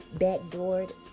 backdoored